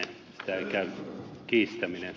sitä ei käy kiistäminen